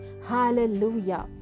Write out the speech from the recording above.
Hallelujah